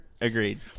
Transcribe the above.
Agreed